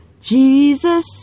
Jesus